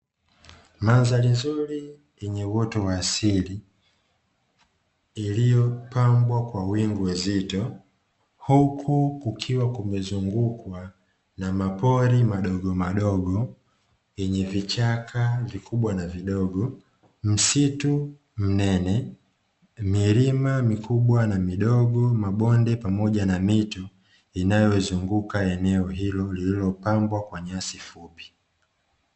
Mandhari nzuri yenye uoto wa asili ,iliyopambwa kwa wingu zito huku kukiwa kumezungukwa na mapori madogomadogo yenye vichaka vikibwa na vidogo , msitu mnene ,milima mikubwa na midogo ,mabonde pamoja na mito inayoizunguka eneo hilo lililopambwa kwa nyasi fupi.